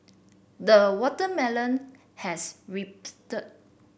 the watermelon has